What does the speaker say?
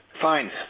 Fine